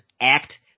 act